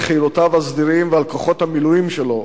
על חילותיו הסדירים ועל כוחות המילואים שלו,